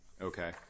Okay